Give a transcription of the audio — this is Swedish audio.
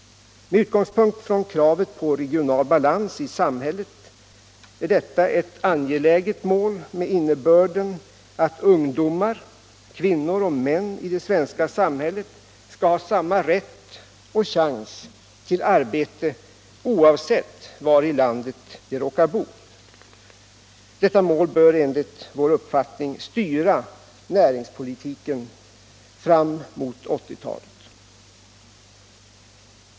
Med utgångspunkt i kravet på regional balans i samhället är detta ett angeläget mål med innebörden att ungdomar, kvinnor och män i det svenska samhället skall ha samma rätt och chans till arbete oavsett var i landet de råkar bo. Detta mål bör enligt vår uppfattning styra näringspolitiken fram mot 1980-talet.